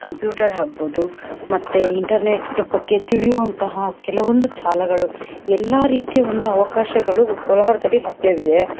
computer ಆಗ್ಬೋದು ಮತ್ತು internet ಬಗ್ಗೆ ತಿಳಿಯು ಅಂತಹ ಕೆಲವೊಂದು ಜಾಲಗಳು ಎಲ್ಲ ರೀತಿಯ ಒಂದು ಅವಕಾಶಗಳು ಕೋಲಾರದಲ್ಲಿ ಲಭ್ಯವಿದೆ